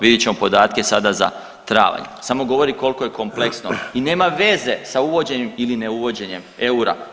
Vidjet ćemo podatke sada za travanj samo govori koliko je kompleksno i nema veze sa uvođenjem ili ne uvođenjem eura.